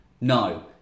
No